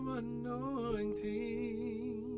anointing